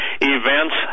events